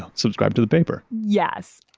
ah subscribe to the paper yes,